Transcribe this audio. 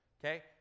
okay